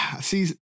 see